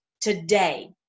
today